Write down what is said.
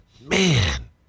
Man